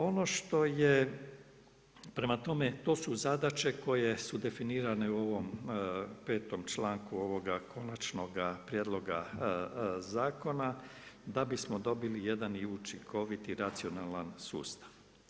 Ono što je prema tome, to su zadaće koje su definirane u ovom 5. članku ovoga konačnog prijedloga zakona da bismo dobili jedan i učinkoviti racionalan sustav.